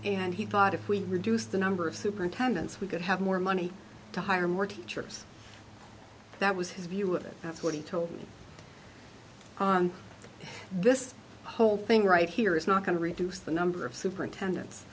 and he thought if we reduced the number of superintendents we could have more money to hire more teachers that was his view of it that's what he told me this whole thing right here is not going to reduce the number of superintendents